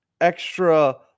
extra